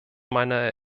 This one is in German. meiner